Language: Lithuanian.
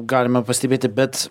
galima pastebėti bet